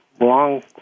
long